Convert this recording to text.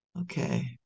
Okay